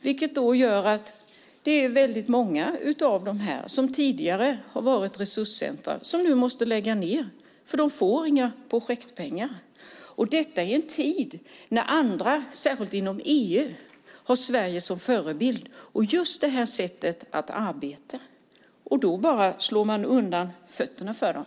Det gör att det är väldigt många tidigare resurscentrum som nu måste lägga ned eftersom de inte får några projektpengar. Detta sker i en tid när andra, särskilt inom EU, har Sverige och just det här sättet att arbeta som förebild. Nu slår man undan fötterna för dem.